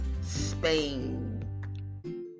Spain